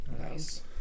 Nice